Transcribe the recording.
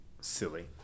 Silly